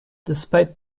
despite